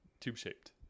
tube-shaped